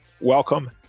welcome